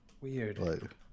Weird